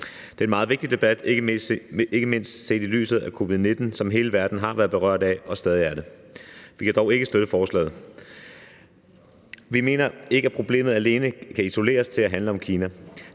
Det er en meget vigtig debat, ikke mindst set i lyset af covid-19, som hele verden har været berørt af og stadig er det. Vi kan dog ikke støtte forslaget. Vi mener ikke, at problemet alene kan isoleres til at handle om Kina.